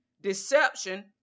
deception